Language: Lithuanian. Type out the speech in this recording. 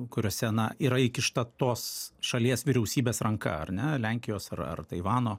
kuriuose na yra įkišta tos šalies vyriausybės ranka ar ne lenkijos ar ar taivano